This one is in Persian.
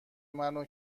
منو